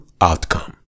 outcome